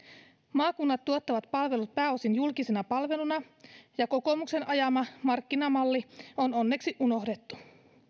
maakunnat tuottavat palvelut pääosin julkisena palveluna ja kokoomuksen ajama markkinamalli on onneksi unohdettu